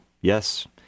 yes